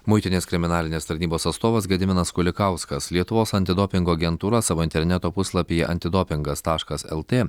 muitinės kriminalinės tarnybos atstovas gediminas kulikauskas lietuvos antidopingo agentūra savo interneto puslapyje antidopingas taškas lt